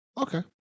okay